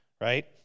right